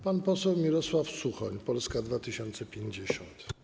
Pan poseł Mirosław Suchoń, Polska 2050.